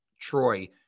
Troy